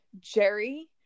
Jerry